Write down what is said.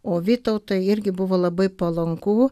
o vytautui irgi buvo labai palanku